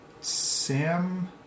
Sam